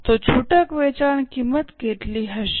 તો છૂટક વેચાણ કિંમત કેટલી હશે